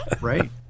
right